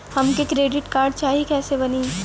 हमके credit card चाही कैसे बनी?